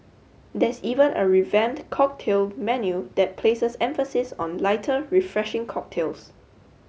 there's even a revamped cocktail menu that places emphasis on lighter refreshing cocktails